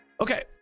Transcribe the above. Okay